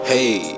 Hey